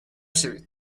شوید